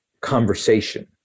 conversation